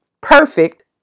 perfect